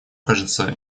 кажется